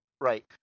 Right